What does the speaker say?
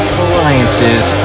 alliances